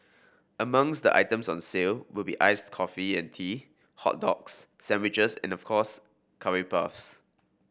among the items on sale will be iced coffee and tea hot dogs sandwiches and of course curry puffs